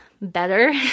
better